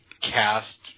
cast